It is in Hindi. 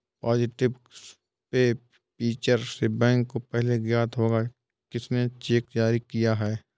पॉजिटिव पे फीचर से बैंक को पहले ज्ञात होगा किसने चेक जारी किया है